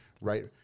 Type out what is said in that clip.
right